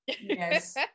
yes